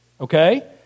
okay